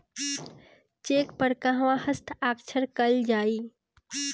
Check पर कहवा हस्ताक्षर कैल जाइ?